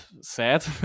sad